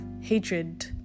hatred